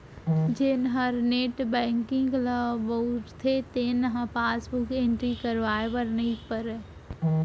जेन हर net banking ल बउरथे तेन ल पासबुक एंटरी करवाए बर नइ परय